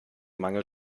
mangel